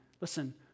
listen